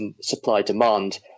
supply-demand